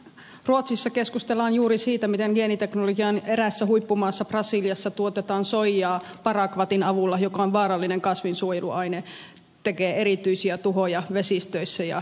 ruotsissa keskustellaan juuri siitä miten geeniteknologian eräässä huippumaassa brasiliassa tuotetaan soijaa parakvatin avulla joka on vaarallinen kasvinsuojeluaine ja tekee erityisiä tuhoja vesistöissä ja vesieläimille